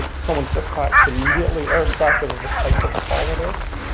someone's dispatched immediately, irrespective of the type of call it is,